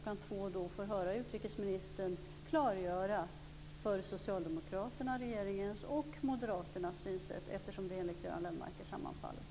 14 och får höra utrikesministern klargöra socialdemokraternas, regeringens och moderaternas synsätt, eftersom de enligt Göran Lennmarker sammanfaller.